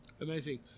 Amazing